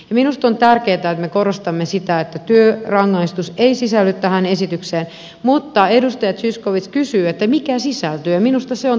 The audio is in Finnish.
minusta on tärkeätä että me korostamme sitä että työrangaistus ei sisälly tähän esitykseen mutta edustaja zyskowicz kysyy mikä sisältyy ja minusta se on tärkeä kysymys